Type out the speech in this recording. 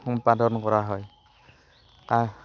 সম্পাদন কৰা হয় কাঁহ